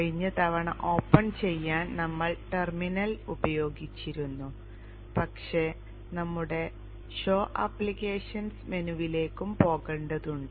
കഴിഞ്ഞ തവണ ഓപ്പൺ ചെയ്യാൻ നമ്മൾ ടെർമിനൽ ഉപയോഗിച്ചിരുന്നു പക്ഷേ നമുക്ക് ഷോ ആപ്ലിക്കേഷൻസ് മെനുവിലേക്കും പോകേണ്ടതുണ്ട്